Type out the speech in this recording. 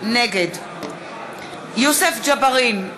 נגד יוסף ג'בארין,